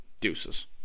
Deuces